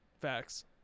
Facts